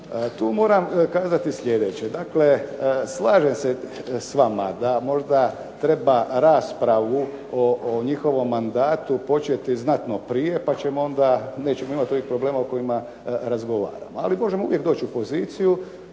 Tu moram kazati sljedeće, dakle slažem se s vama da možda treba raspravu o njihovom mandatu početi znatno prije, pa nećemo imati problema o kojima razgovaramo. Ali možemo uvijek doći u poziciju